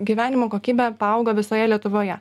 gyvenimo kokybė apaugo visoje lietuvoje